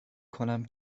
کنم